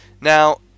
Now